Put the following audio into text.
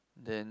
then